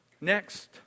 Next